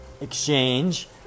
exchange